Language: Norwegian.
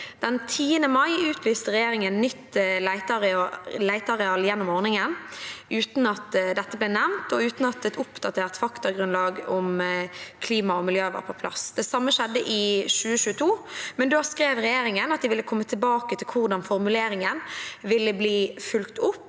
Den 10. mai utlyste regjeringen nytt leteareal gjennom ordningen, uten at dette ble nevnt, og uten et oppdatert faktagrunnlag om klima og miljø. Det samme skjedde i 2022, men da skrev regjeringen at de ville komme tilbake til hvordan formuleringen ville bli fulgt opp